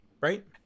right